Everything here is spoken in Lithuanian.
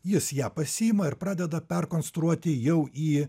jis ją pasiima ir pradeda perkonstruoti jau į